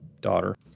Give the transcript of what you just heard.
daughter